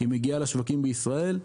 היא מגיעה לשווקים בישראל.